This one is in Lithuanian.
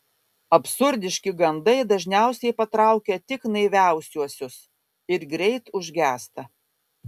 absurdiški gandai dažniausiai patraukia tik naiviausiuosius ir greit užgęsta